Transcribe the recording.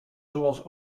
zoals